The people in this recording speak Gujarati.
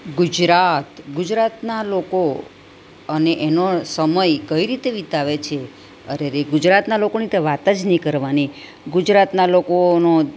ગુજરાત ગુજરાતના લોકો અને એનો સમય કઈ રીતે વિતાવે છે અરેરે ગુજરાતના લોકોની તો વાત જ નહીં કરવાની ગુજરાતના લોકોનો